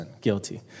guilty